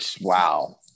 wow